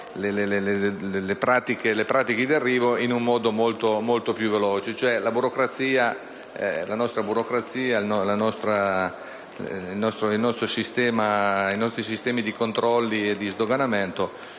le pratiche in arrivo in modo più veloce. La nostra burocrazia, i nostri sistemi di controlli e di sdoganamento